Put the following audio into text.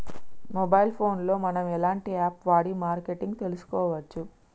Mobile phone లో మనం ఎలాంటి యాప్ వాడి మార్కెటింగ్ తెలుసుకోవచ్చు?